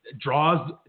Draws